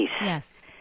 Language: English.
Yes